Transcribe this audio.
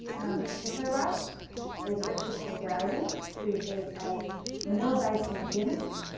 um to her right is richard heydarian, who is a manila-based academic,